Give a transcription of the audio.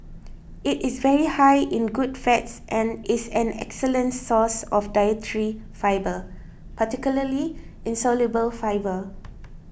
it is very high in good fats and is an excellent source of dietary fibre particularly insoluble fibre